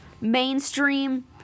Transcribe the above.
mainstream